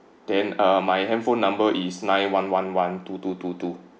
then uh my handphone number is nine one one one two two two two